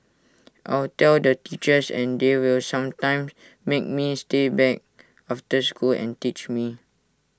I'll tell the teachers and they will sometimes make me stay back after school and teach me